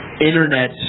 internet